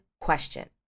question